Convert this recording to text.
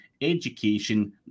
education